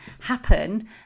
happen